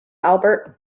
albert